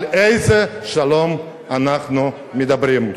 על איזה שלום אנחנו ומדברים.